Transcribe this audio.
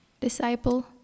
disciple